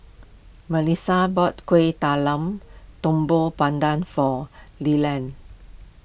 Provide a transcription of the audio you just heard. Mellissa bought Kueh Talam Tepong Pandan for Leland